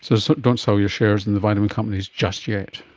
so so don't sell your shares in the vitamin companies just yet.